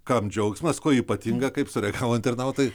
kam džiaugsmas kuo ypatinga kaip sureagavo internautai